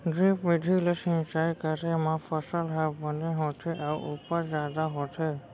drip बिधि ले सिंचई करे म फसल ह बने होथे अउ उपज जादा होथे